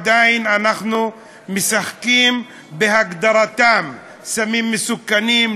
עדיין אנחנו משחקים בהגדרתם: סמים מסוכנים,